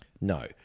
No